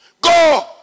Go